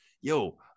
Yo